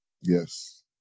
Yes